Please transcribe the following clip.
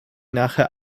nachher